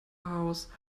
house